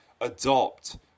adopt